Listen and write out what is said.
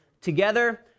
together